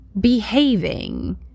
behaving